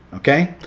okay?